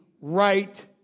right